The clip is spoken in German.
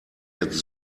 jetzt